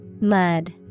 Mud